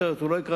הוא לא שמע אותנו,